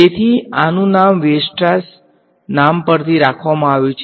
તેથી આનું નામ વેરસ્ટ્રાસના નામ પરથી રાખવામાં આવ્યું છે